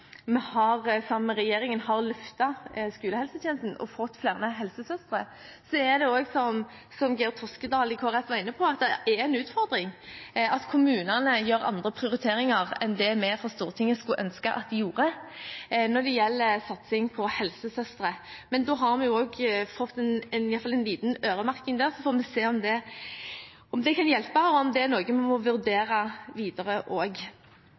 vi sammen med regjeringen har løftet skolehelsetjenesten og fått flere helsesøstre. Som Geir Sigbjørn Toskedal fra Kristelig Folkeparti var inne på, er det en utfordring at kommunene gjør andre prioriteringer enn det vi fra Stortinget skulle ønske at de gjorde når det gjelder satsing på helsesøstre – men vi har fått iallfall en liten øremerking der, og så får vi se om det kan hjelpe, og om det er noe vi må vurdere videre